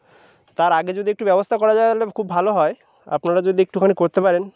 তার আগে যদি একটু ব্যবস্থা করা যায় তাহলে খুব ভালো হয় আপনারা যদি একটুখানি করতে পারেন